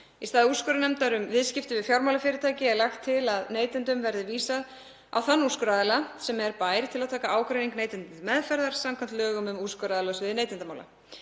Í stað úrskurðarnefndar um viðskipti við fjármálafyrirtæki er lagt til að neytendum verði vísað á þann úrskurðaraðila sem er bær til að taka ágreining neytenda til meðferðar samkvæmt lögum um úrskurðaraðila á sviði neytendamála.